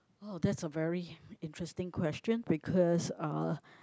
oh that's a very interesting question because uh